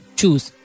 choose